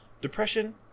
depression